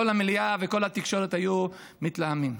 כל המליאה וכל התקשורת היו מתלהמים.